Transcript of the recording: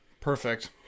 Perfect